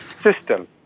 system